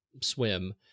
swim